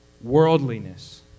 Worldliness